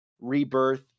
rebirth